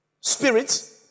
spirit